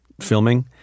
filming